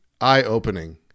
eye-opening